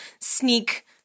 sneak